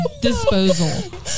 disposal